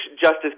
Justice